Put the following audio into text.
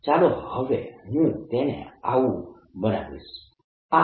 ચાલો હવે હું તેને આવું બનાવીશ